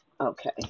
Okay